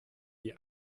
die